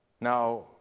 Now